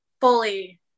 Fully